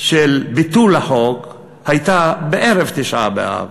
ביטול החוק הייתה בערב תשעה באב.